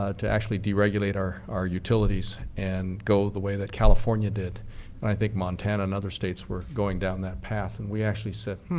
ah to actually deregulate our our utilities and go the way that california did. and i think montana and other states were going down that path. and we actually said, hmm,